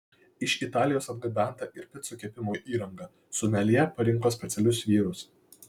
iš italijos atgabenta ir picų kepimo įranga someljė parinko specialius vynus